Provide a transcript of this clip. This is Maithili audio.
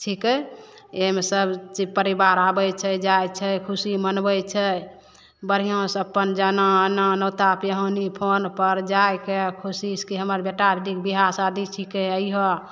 छिकै एहिमे सबटा परिबार आबै छै जाइ छै खुशी मनबै छै बढ़िऑं सऽ अपन जाना आना नोता पिहानी फोनपर जाइ कए खुशी की हमर बेटाक दिन विवाह शादी छिकै अइहऽ